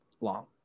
long